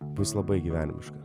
bus labai gyvenimiška